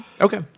Okay